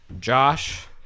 Josh